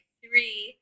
three